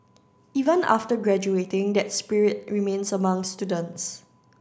even after graduating that spirit remains among students